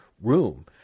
room